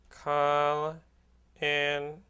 Call-in